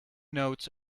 notes